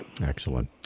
Excellent